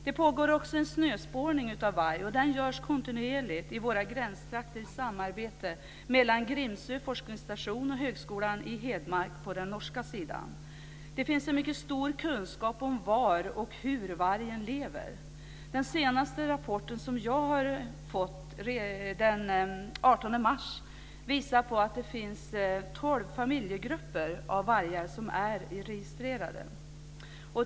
Det pågår också snöspårning av varg, och den görs kontinuerligt i våra gränstrakter i samarbete mellan Grimsö forskningsstation och högskolan i Det finns en mycket stor kunskap om var och hur vargen lever. Den senaste rapporten, som jag fick den 18 mars, visar att det finns tolv registrerade vargfamiljsgrupper.